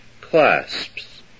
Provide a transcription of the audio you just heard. clasps